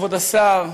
כבוד השר,